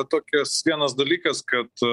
tokis vienas dalykas kad